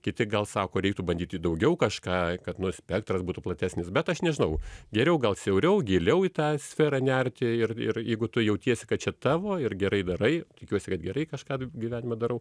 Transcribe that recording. kiti gal sako reiktų bandyti daugiau kažką kad nu spektras būtų platesnis bet aš nežinau geriau gal siauriau giliau į tą sferą nerti ir ir jeigu tu jautiesi kad čia tavo ir gerai darai tikiuosi kad gerai kažką gyvenime darau